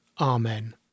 Amen